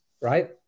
right